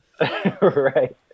Right